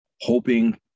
hoping